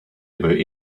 about